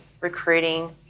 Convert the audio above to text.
recruiting